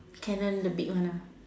Canon the big one ah